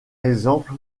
exemple